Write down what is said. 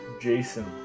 Jason